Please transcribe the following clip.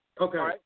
Okay